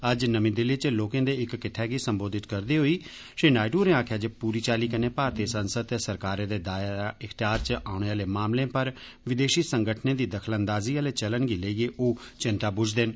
अज्ज नमीं दिल्ली च लोकें दे इक किट्टै गी सम्बोधित करदे होई श्री नायडू होरें आक्खेआ जे पूरी चाल्ली कन्नै भारती संसद ते सरकारै दे दायर इख्तियार च औने आहले मामलें पर विदेशी संगठनें दी दखल अंदाजी आले चलन गी लेइयै ओ चैंता बुझदे न